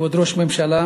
כבוד ראש הממשלה,